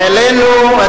העלינו כאן,